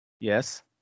Yes